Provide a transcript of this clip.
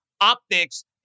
optics